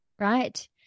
right